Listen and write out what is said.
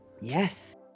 Yes